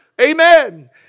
Amen